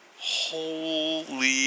holy